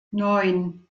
neun